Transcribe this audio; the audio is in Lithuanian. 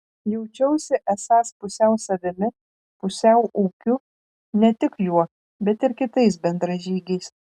jaučiausi esąs pusiau savimi pusiau ūkiu ne tik juo bet ir kitais bendražygiais